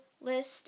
list